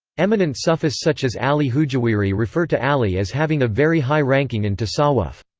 eminent sufis such as ali hujwiri refer to ali as having a very high ranking in tasawwuf.